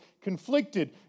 conflicted